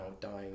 dying